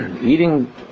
eating